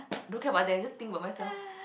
don't care about them just think of myself